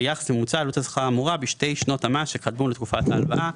ביחס לממוצע עלות השכר האמורה בשתי שנות המס שקדמו לתקופת ההלוואה.